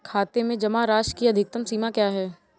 खाते में जमा राशि की अधिकतम सीमा क्या है?